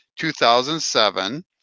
2007